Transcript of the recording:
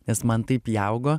nes man taip įaugo